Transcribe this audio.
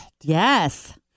Yes